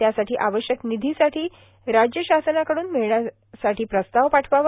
त्यासाठी आवश्यक र्निधीसाठी राज्य शासनाकडून र्णमळण्यासाठी प्रस्ताव पाठवावा